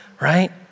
Right